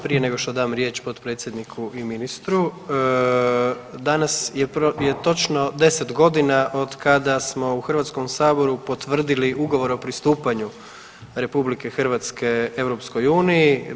Prije nego što dam riječ potpredsjedniku i ministru danas je točno 10 godina od kada smo u Hrvatskom saboru potvrdili Ugovor o pristupanju Republike Hrvatske EU.